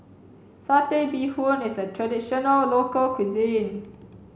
satay bee hoon is a traditional local cuisine